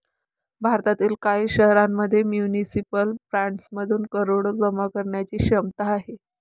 भारतातील काही शहरांमध्ये म्युनिसिपल बॉण्ड्समधून करोडो जमा करण्याची क्षमता आहे